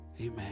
Amen